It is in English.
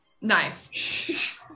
Nice